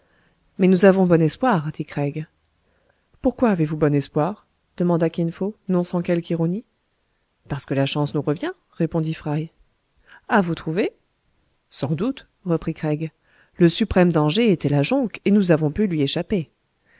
mais nous avons bon espoir dit craig pourquoi avez-vous bon espoir demanda kin fo non sans quelque ironie parce que la chance nous revient répondit fry ah vous trouvez sans doute reprit craig le suprême danger était la jonque et nous avons pu lui échapper